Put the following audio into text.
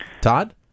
todd